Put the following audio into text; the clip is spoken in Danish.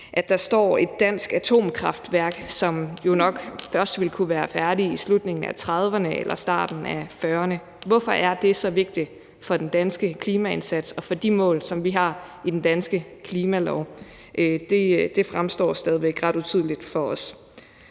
at der står et dansk atomkraftværk, som jo nok først ville kunne være færdigt i slutningen af 2030'erne eller starten af 2040'erne: Hvorfor er det så vigtigt for den danske klimaindsats og for de mål, som vi har i den danske klimalov? Det fremstår stadig væk ret utydeligt for os.